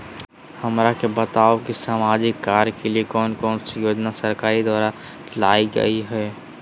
हमरा के बताओ कि सामाजिक कार्य के लिए कौन कौन सी योजना सरकार द्वारा लाई गई है?